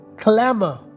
clamor